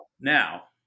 now